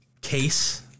case